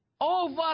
Over